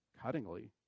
cuttingly